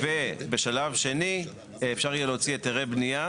ובשלב שני, אפשר יהיה להוציא היתרי בנייה